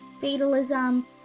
Fatalism